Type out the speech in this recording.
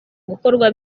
gukorwa